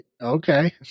Okay